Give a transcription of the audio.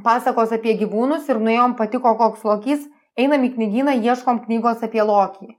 pasakos apie gyvūnus ir nuėjom patiko koks lokys einam į knygyną ieškom knygos apie lokį